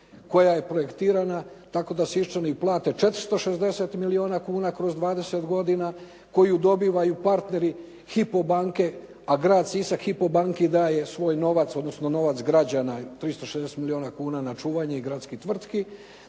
koja je projektirana tako da Siščani plate 460 milijuna kuna kroz 20 godina, koju dobivaju partneri Hypo banke, a Grad Sisak Hypo banki daje svoj novac, odnosno novac građana 360 milijuna na čuvanje i gradskih tvrtki,